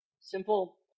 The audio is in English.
simple